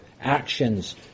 actions